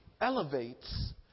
elevates